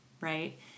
Right